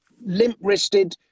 limp-wristed